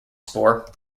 spore